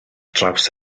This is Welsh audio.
draws